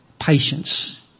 patience